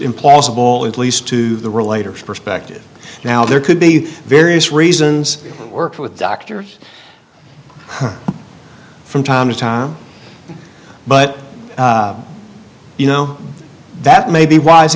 implausible it least to the relator perspective now there could be various reasons that worked with doctors from time to time but you know that may be wise